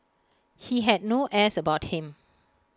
he had no airs about him